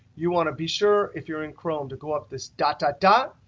you want to be sure, if you're in chrome, to go up this dot dot dot.